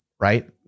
right